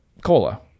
cola